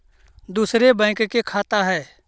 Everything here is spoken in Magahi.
दुसरे बैंक के खाता हैं?